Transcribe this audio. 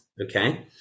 okay